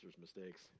mistakes